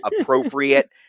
appropriate